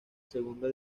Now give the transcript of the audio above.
segunda